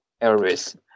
areas